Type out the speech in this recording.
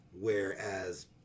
Whereas